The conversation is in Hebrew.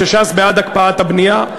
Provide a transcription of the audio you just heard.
שש"ס בעד הקפאת הבנייה.